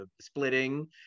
splitting